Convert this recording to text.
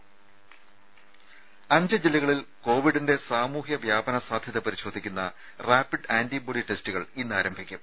ദേദ അഞ്ച് ജില്ലകളിൽ കോവിഡിന്റെ സാമൂഹ്യ വ്യാപന സാധ്യത പരിശോധിക്കുന്ന റാപ്പിഡ് ആന്റിബോഡി ടെസ്റ്റുകൾ ഇന്ന് ആരംഭിക്കും